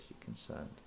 concerned